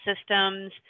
systems